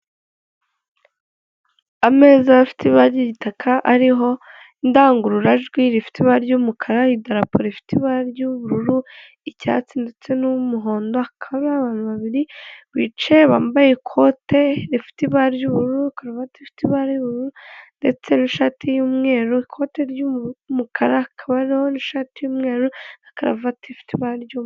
Ameza afite ibara ry'igitaka ariho indangururajwi ifite ibara ry'umukara, idarapo rifite ibara ry'ubururu, icyatsi ndetse n'umuhondo, hakaba hariho abantu babiri bicaye bambaye ikote rifite ibara ry'ubururu, karuvati ifite ibara ry'ubururu ndetse n'ishati y'umweru, ikoti ry'umukara, hakaba hariho ishati y'umweru na karavati ifite iba ry'umweru.